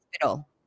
hospital